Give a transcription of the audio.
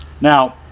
Now